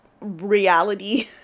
reality